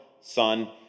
Son